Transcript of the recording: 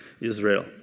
Israel